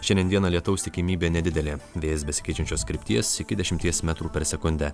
šiandien dieną lietaus tikimybė nedidelė vėjas besikeičiančios krypties iki dešimties metrų per sekundę